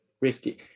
risky